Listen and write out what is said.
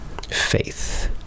faith